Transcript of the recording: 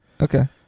Okay